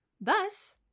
Thus